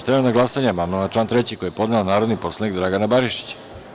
Stavljam na glasanje amandman na član 3. koji je podnela narodni poslanik Dragana Barišić.